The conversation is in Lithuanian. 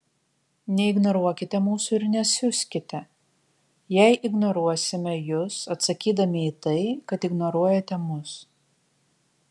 neignoruokite mūsų ir nesiuskite jei ignoruosime jus atsakydami į tai kad ignoruojate mus